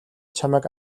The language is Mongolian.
чамайг